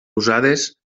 usades